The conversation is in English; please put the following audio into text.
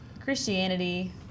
Christianity